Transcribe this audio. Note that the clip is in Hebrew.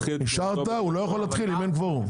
אישרת - הוא לא יכול להתחיל אם אין קוורום.